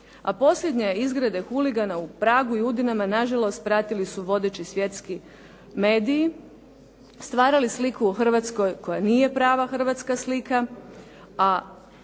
A posljednje izgrede huligana u Pragu i Udinama, na žalost pratili su vodeći svjetski mediji, stvarali sliku o Hrvatskoj koja nije prava hrvatska slika,